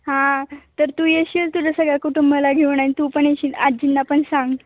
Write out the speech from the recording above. हां तर तू येशील तुझ्या सगळ्या कुटुंबाला घेऊन आणि तू पण येशील आज्जींना पण सांग